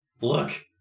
look